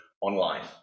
online